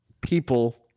people